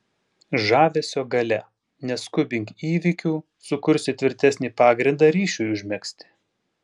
žavesio galia neskubink įvykių sukursi tvirtesnį pagrindą ryšiui užmegzti